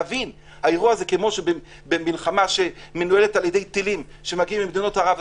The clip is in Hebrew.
כמו במלחמה שמנוהלת על ידי טילים שמגיעים ממדינות ערב,